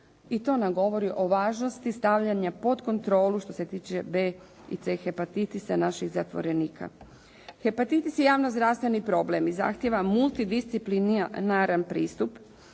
i to nam govori o važnosti stavljanja pod kontrolu što se tiče B i C hepatitisa naših zatvorenika. Hepatitis je javnozdravstveni problem i zahtijeva multidisciplinaran pristup.